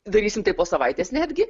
darysim tai po savaitės netgi